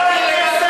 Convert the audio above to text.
אתה שקרן.